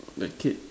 the kid